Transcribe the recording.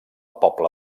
pobla